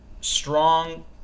strong